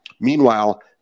Meanwhile